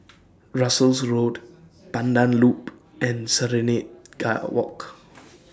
Russels Road Pandan Loop and Serenade Guide A Walk